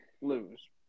lose